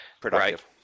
productive